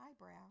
Eyebrow